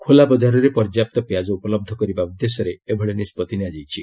ଖୋଲା ବଜାରରେ ପର୍ଯ୍ୟାପ୍ତ ପିଆଜ ଉପଲହ କରିବା ଉଦ୍ଦେଶ୍ୟରେ ଏଭଳି ନିଷ୍କତ୍ତି ନିଆଯାଇଛି